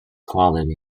quality